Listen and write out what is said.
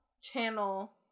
channel